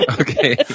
Okay